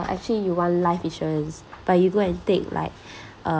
actually you want life insurance but you go and take like uh